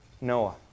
Noah